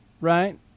right